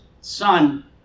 son